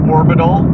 Orbital